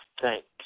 thanks